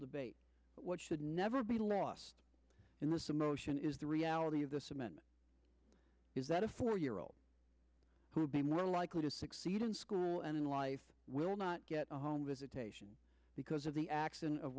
debate what should never be lost in the the motion is the reality of this amendment is that a four year old who would be more likely to succeed in school and in life will not get a home visitation because of the accident of